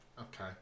Okay